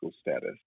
status